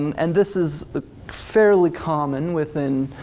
and this is ah fairly common within